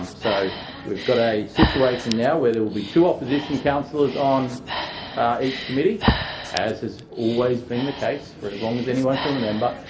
um so we've got a situation now where there will be two opposition councillors on each committee as has always been the case for as long as anyone can remember,